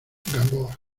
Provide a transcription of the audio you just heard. gamboa